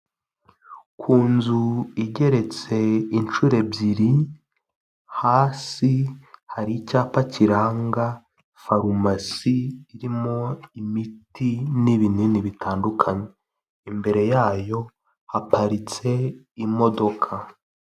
Ku nzu igeretse inshuro ebyiri, hasi hari icyapa kiranga farumasi irimo imiti n'ibinini bitandukanye. Imbere yayo haparitse imodoka.